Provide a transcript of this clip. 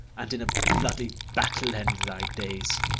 and in a bloody battle end thy days!